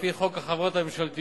לפי תקנה 3(28) לתקנות חובת המכרזים,